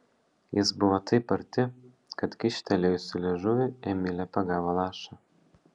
jis buvo taip arti kad kyštelėjusi liežuvį emilė pagavo lašą